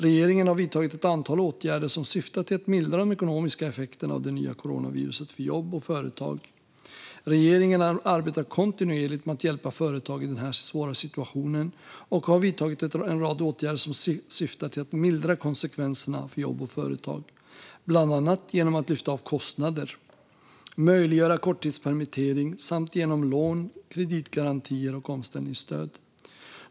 Regeringen har vidtagit ett antal åtgärder som syftar till att mildra de ekonomiska effekterna av det nya coronaviruset för jobb och företag. Regeringen arbetar kontinuerligt med att hjälpa företag i denna svåra situation och har vidtagit en rad åtgärder som syftar till att mildra konsekvenserna för jobb och företag, bland annat genom att lyfta av kostnader och möjliggöra korttidspermittering samt genom lån, kreditgarantier och omställningsstöd.